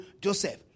Joseph